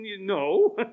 no